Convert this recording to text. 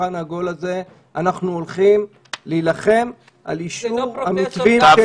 בשולחן העגול הזה אנחנו הולכים להילחם על אישור המתווים שהגשנו.